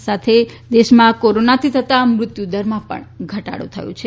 આ સાથે દેશમાં કોરોનાથી થતા મૃત્યુદરમાં પણ ઘટાડો થયો છે